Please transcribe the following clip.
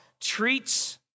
treats